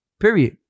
Period